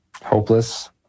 Hopeless